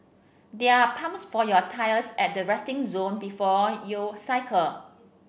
there are pumps for your tyres at the resting zone before you cycle